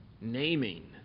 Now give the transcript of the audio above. naming